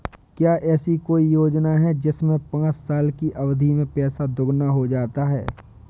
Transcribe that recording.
क्या ऐसी कोई योजना है जिसमें पाँच साल की अवधि में पैसा दोगुना हो जाता है?